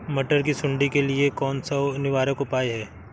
मटर की सुंडी के लिए कौन सा निवारक उपाय है?